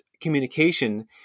communication